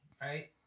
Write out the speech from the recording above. right